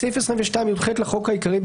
תיקון סעיף 22יח 13. בסעיף 22יח לחוק העיקרי,